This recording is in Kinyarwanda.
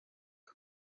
amb